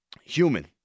human